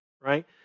right